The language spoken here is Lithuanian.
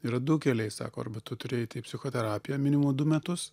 yra du keliai sako arba tu turi eiti į psichoterapiją minimumo du metus